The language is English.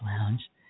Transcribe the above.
lounge